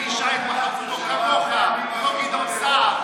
חוק גדעון סער.